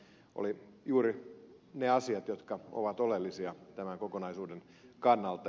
siinä oli juuri ne asiat jotka ovat oleellisia tämän kokonaisuuden kannalta